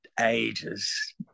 ages